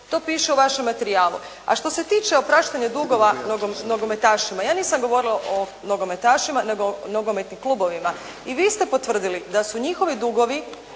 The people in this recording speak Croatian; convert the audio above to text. To piše u vašem materijalu, a što se tiče opraštanja dugova nogometašima ja nisam govorila o nogometašima, nego o nogometnim klubovima i vi ste potvrdili da su njihovi dugovi